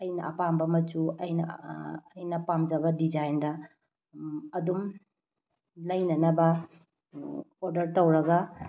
ꯑꯩꯅ ꯑꯄꯥꯝꯕ ꯃꯆꯨ ꯑꯩꯅ ꯑꯩꯅ ꯄꯥꯝꯖꯕ ꯗꯤꯖꯥꯏꯟꯗ ꯑꯗꯨꯝ ꯂꯩꯅꯅꯕ ꯑꯣꯗꯔ ꯇꯧꯔꯒ